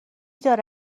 داره